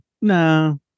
No